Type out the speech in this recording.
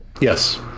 Yes